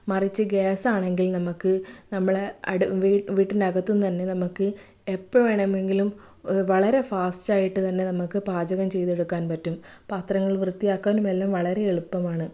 മറിച്ച് ഗ്യാസ് ആണെങ്കിൽ നമുക്ക് നമ്മളെ വീട്ടിന്റെ അകത്തുനിന്ന് തന്നെ നമുക്ക് എപ്പോൾ വേണമെങ്കിലും വളരെ ഫാസ്റ്റ് ആയിട്ട് തന്നെ നമുക്ക് പാചകം ചെയ്തെടുക്കാൻ പറ്റും പാത്രങ്ങൾ വൃത്തിയാക്കാൻ എല്ലാം വളരെ എളുപ്പമാണ്